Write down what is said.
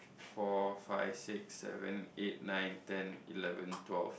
four five six seven eight nine ten eleven twelve